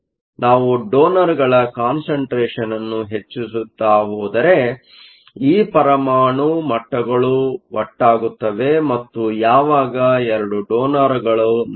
ಆದರೆ ನಾವು ಡೋನರ್ಗಳ ಕಾನ್ಸಂಟ್ರೇಷನ್Concentration ಅನ್ನು ಹೆಚ್ಚಿಸುತ್ತಾ ಹೋದರೆ ಈ ಪರಮಾಣು ಮಟ್ಟಗಳು ಒಟ್ಟಾಗುತ್ತವೆ ಮತ್ತು ಯಾವಾಗ 2 ಡೋನರ್ಗಳು ನೋಡಿರಿ